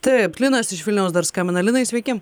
taip linas iš vilniaus dar skambina linai sveiki